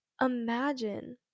imagine